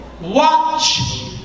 Watch